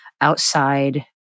outside